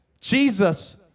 Jesus